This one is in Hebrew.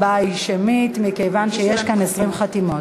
ההצבעה היא שמית, מכיוון שיש כאן 20 חתימות.